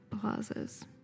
plazas